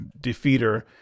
defeater